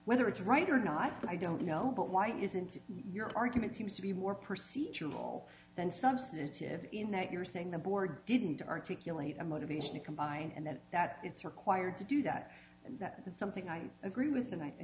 whether it's right or not but i don't know but why isn't your argument seems to be more procedural than substantive in that you're saying the board didn't articulate a motivation to combine and then that it's required to do that and that's something i agree with